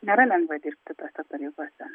nėra lengva dirbti tose pareigose